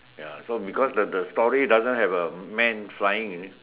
ya so because the the story doesn't have a man flying in it